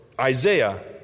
Isaiah